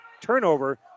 turnover